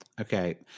Okay